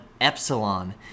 epsilon